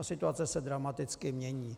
Situace se dramaticky mění.